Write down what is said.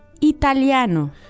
italiano